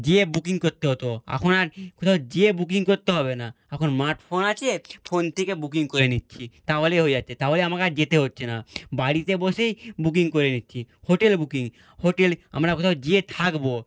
যেয়ে বুকিং করতে হতো এখন আর কোথাও যেয়ে বুকিং করতে হবে না এখন স্মার্ট ফোন আছে ফোন থেকে বুকিং করে নিচ্ছি তাহলেই হয়ে যাচ্ছে তাহলে আমাকে আর যেতে হচ্ছে না বাড়িতে বসেই বুকিং করে নিচ্ছি হোটেল বুকিং হোটেল আমরা কোথাও যেয়ে থাকব